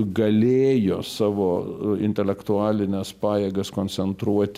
galėjo savo intelektualines pajėgas koncentruoti